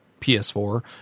PS4